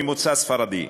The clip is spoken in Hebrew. ממוצא ספרדי.